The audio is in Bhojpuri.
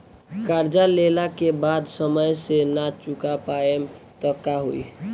कर्जा लेला के बाद समय से ना चुका पाएम त का होई?